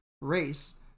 race